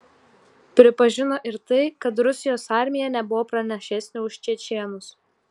pripažino ir tai kad rusijos armija nebuvo pranašesnė už čečėnus